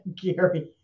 Gary